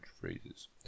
phrases